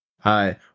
Hi